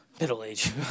middle-age